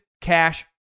cash